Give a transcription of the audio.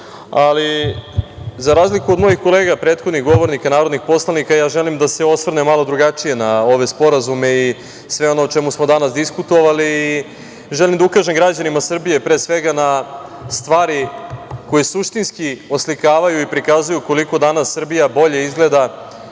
doda.Za razliku od mojih kolega, prethodnih govornika narodnih poslanika, želim da se osvrnem malo drugačije na ove sporazume i sve ono o čemu smo danas diskutovali. Želim da ukažem građanima Srbije, pre svega, na stvari koje suštinski oslikavaju i prikazuju koliko danas Srbija bolje izgleda